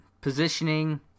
positioning